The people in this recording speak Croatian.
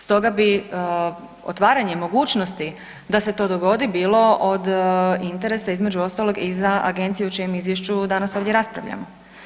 Stoga bi otvaranje mogućnosti da se to dogodi bilo od interesa između ostalog i za agenciju o čijem izvješću danas ovdje raspravljamo.